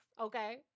okay